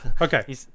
Okay